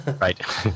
right